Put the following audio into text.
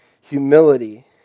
humility